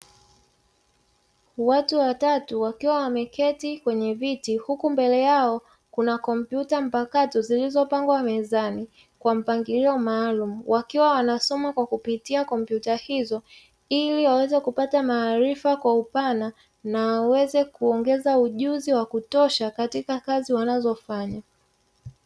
Watu watatu wakiwa wameketi kwenye viti huku mbele yao kuna kompyuta mpakato zilizopangwa mezani kwa mpangilio maalumu, wakiwa wanasoma kwa kupitia kompyuta hizo ili waweze kupata maarifa kwa upana na aweze kuongeza ujuzi wa kutosha katika kazi wanazofanya.